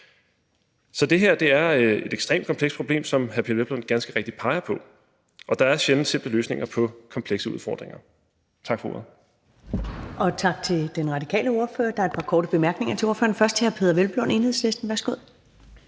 Så det her er et ekstremt komplekst problem, som hr. Peder Hvelplund ganske rigtigt peger på, og der er sjældent simple løsninger på komplekse udfordringer. Tak for ordet. Kl. 14:22 Første næstformand (Karen Ellemann): Tak til den radikale ordfører. Der er et par korte bemærkninger til ordføreren, først fra hr. Peder Hvelplund fra Enhedslisten. Værsgo.